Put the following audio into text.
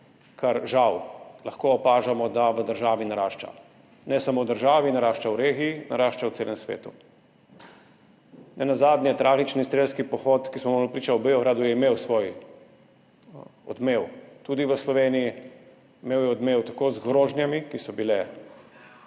kar žal lahko opažamo, da v državi narašča, ne samo v državi, narašča v regiji, narašča v celem svetu. Nenazadnje, tragični strelski pohod, ki smo mu bili priča v Beogradu, je imel svoj odmev tudi v Sloveniji, imel je odmev tako z grožnjami, ki so bile,